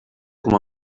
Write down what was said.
com